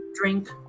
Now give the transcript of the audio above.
drink